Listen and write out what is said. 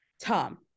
tom